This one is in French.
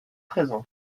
présents